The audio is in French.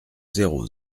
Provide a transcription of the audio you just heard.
zéro